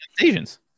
Asians